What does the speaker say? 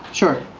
sure.